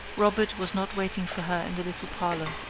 robert was not waiting for her in the little parlor.